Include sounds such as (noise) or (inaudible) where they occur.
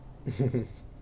(laughs)